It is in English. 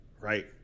right